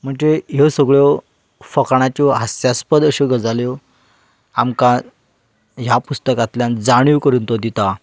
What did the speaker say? म्हणजे ह्यो सगळ्यो फकाणाच्यो हास्यास्पद अश्यो गजाल्यो आमकां ह्या पुस्तकांतल्यान जाणीव करून तो दिता